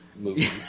movie